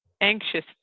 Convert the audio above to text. anxious